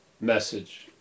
message